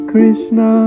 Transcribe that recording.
Krishna